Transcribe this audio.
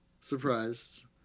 surprised